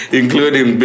including